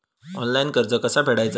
Online कर्ज कसा फेडायचा?